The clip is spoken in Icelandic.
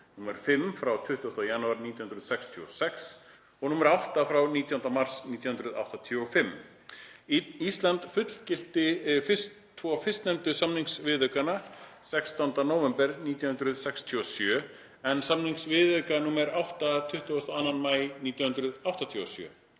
nr. 5 frá 20. janúar 1966 og nr. 8 frá 19. mars 1985. Ísland fullgilti tvo fyrstnefndu samningsviðaukana 16. nóvember 1967, en samningsviðauka nr. 8 22.